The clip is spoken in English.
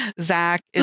zach